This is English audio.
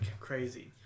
crazy